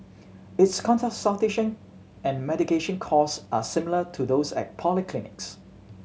its consultation and medication cost are similar to those at polyclinics